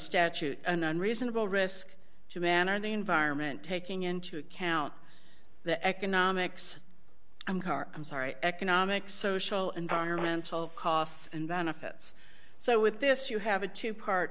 statute an unreasonable risk to man or the environment taking into account the economics i'm car i'm sorry economic social environmental costs and benefits so with this you have a two part